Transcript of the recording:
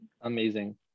Amazing